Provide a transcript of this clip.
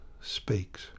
speaks